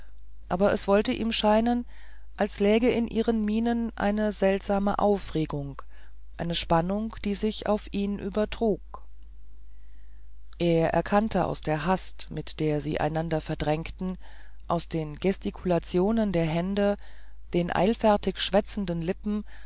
aber es wollte ihm scheinen als läge in ihren mienen eine seltsame aufregung eine spannung die sich auf ihn übertrug er erkannte aus der hast mit der sie einander verdrängten aus den gestikulationen der hände den eilfertig schwätzenden lippen